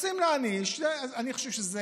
רוצים להעניש, אני חושב שזה